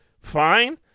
fine